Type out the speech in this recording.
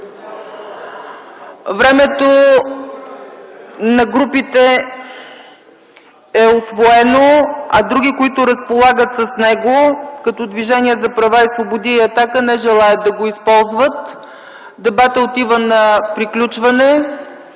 Времето на групите е усвоено, а други, които разполагат с него, като Движение за права и свободи и „Атака”, не желаят да го използват. Дебатът отива на приключване.